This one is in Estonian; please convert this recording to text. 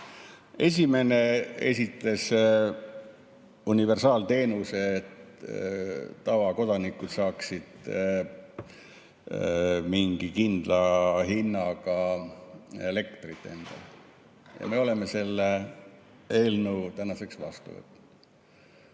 Esimene esitles universaalteenust, et tavakodanikud saaksid mingi kindla hinnaga elektrit, ja me oleme selle eelnõu tänaseks vastu võtnud.